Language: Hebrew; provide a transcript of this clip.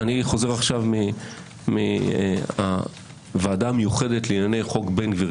אני חוזר עכשיו מהוועדה המיוחדת לענייני חוק בן גביר